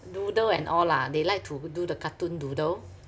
doodle and all lah they like to do the cartoon doodle